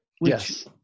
Yes